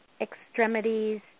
extremities